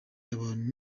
abantu